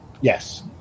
Yes